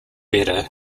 better